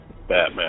Batman